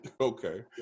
Okay